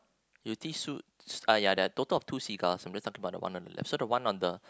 ah ya there are a total of two seagulls if you're talking about the one on the so the one on the